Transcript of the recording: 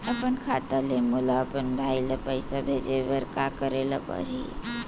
अपन खाता ले मोला अपन भाई ल पइसा भेजे बर का करे ल परही?